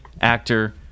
actor